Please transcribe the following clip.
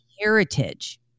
heritage